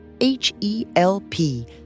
H-E-L-P